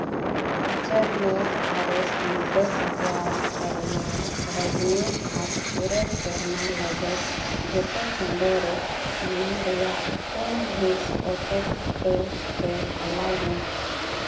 ᱩᱪᱟᱹᱲ ᱢᱮ ᱟᱨ ᱮᱥ ᱱᱚᱵᱽᱵᱚᱭ ᱦᱟᱡᱟᱨ ᱯᱚᱨᱤᱢᱟᱱ ᱨᱚᱡᱽᱱᱤ ᱟᱨ ᱯᱩᱨᱟᱹ ᱥᱮᱨᱢᱟ ᱞᱟᱹᱜᱟᱹᱫ ᱡᱚᱛᱚ ᱪᱟᱸᱫᱳ ᱨᱮ ᱚᱱᱟ ᱨᱮᱭᱟᱜ ᱯᱩᱱ ᱦᱤᱸᱥ ᱚᱴᱳ ᱯᱮᱹ ᱛᱮ ᱦᱟᱞᱟᱭ ᱢᱮ